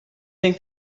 think